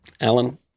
Alan